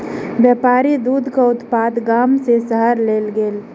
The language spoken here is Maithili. व्यापारी दूधक उत्पाद गाम सॅ शहर लय गेल